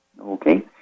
Okay